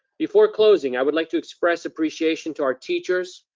before closing, i would like to express appreciation to our teachers,